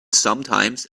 sometimes